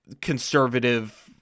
conservative